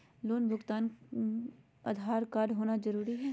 Loan भुगतान खातिर Aadhaar card होना जरूरी है?